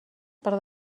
per